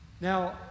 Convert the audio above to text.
Now